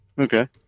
Okay